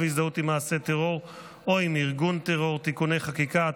הזדהות עם מעשה טרור או עם ארגון טרור (תיקוני חקיקה),